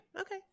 okay